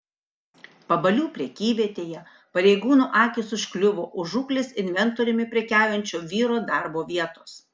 pabalių prekyvietėje pareigūnų akys užkliuvo už žūklės inventoriumi prekiaujančio vyro darbo vietos